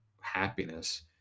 happiness